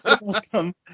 welcome